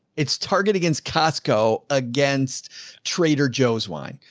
it's target against costco against trader joe's wine.